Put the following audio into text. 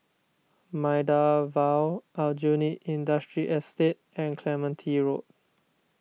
Maida Vale Aljunied Industrial Estate and Clementi Road